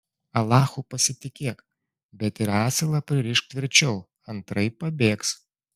alachu pasitikėk bet ir asilą pririšk tvirčiau antraip pabėgs